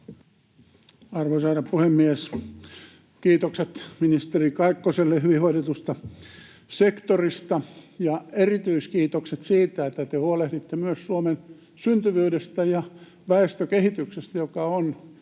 Arvoisa herra puhemies! Kiitokset ministeri Kaikkoselle hyvin hoidetusta sektorista, ja erityiskiitokset siitä, että te huolehditte myös Suomen syntyvyydestä ja väestönkehityksestä, joka on